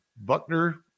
Buckner